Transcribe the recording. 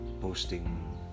posting